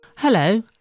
Hello